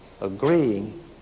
agreeing